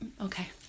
okay